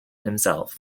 himself